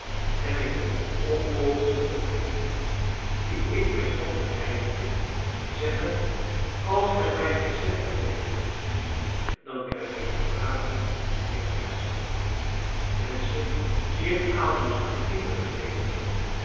en ik kon onmogelijk tot hen die ik mijn hand reikte zeggen als gij mij geen centen geeft dan krijg ik vanavond geen aardappelen menschen die een aalmoes aan kinderen geven